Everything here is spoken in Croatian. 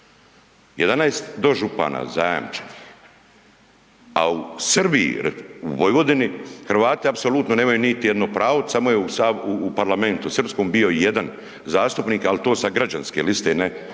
11 dožupana zajamčenih. A u Srbiji u Vojvodini Hrvati apsolutno nemaju niti jedno pravo samo je u Parlamentu srpskom bio jedan zastupnik, ali to sa građanske liste, ne sa